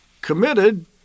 committed